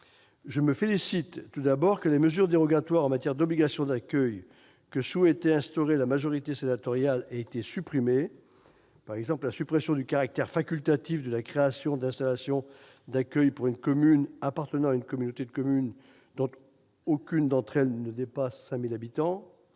Je me félicite, tout d'abord, que les mesures dérogatoires en matière d'obligations d'accueil que souhaitait instaurer la majorité sénatoriale aient été supprimées. Il en est ainsi du caractère facultatif de la création d'installations d'accueil pour une commune appartenant à une communauté de communes dont aucune d'entre elles ne dépasse 5 000 habitants.